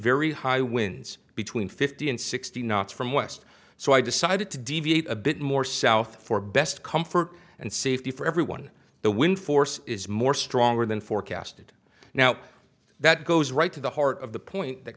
very high winds between fifty and sixty knots from west so i decided to deviate a bit more south for best comfort and safety for everyone the wind force is more stronger than forecasted now that goes right to the heart of the point that